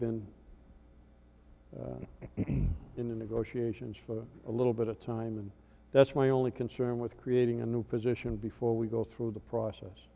been in the negotiations for a little bit of time and that's my only concern with creating a new position before we go through the process